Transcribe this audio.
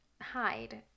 hide